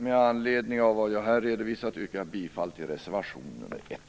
Med anledning av vad jag här har redovisat yrkar jag bifall till reservation nr 1.